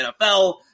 NFL –